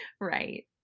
right